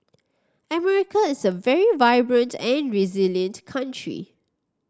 America is a very vibrant and resilient country